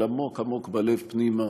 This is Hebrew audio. אבל עמוק עמוק בלב פנימה